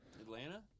Atlanta